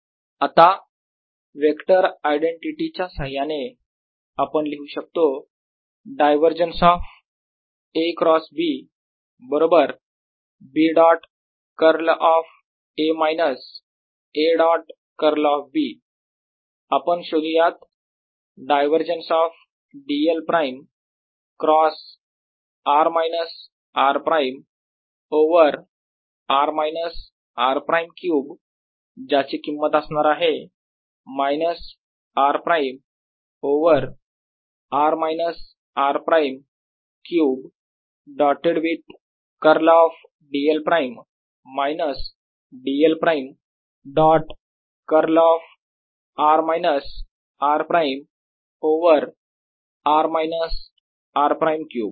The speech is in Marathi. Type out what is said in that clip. dlr rr r3 आता वेक्टर आयडेंटिटी च्या साह्याने आपण लिहू शकतो divergence of A cross B बरोबर B dot curl of A minus A dot curl of B आपण शोधूयात divergence of dl prime cross r minus r prime over r minus r prime cube ज्याची किंमत असणार आहे minus r prime over r minus r prime cube dotted with curl of dl prime minus dl prime dot curl of r minus r prime over r minus r prime cube